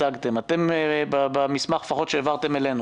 במסמך שהעברתם אלינו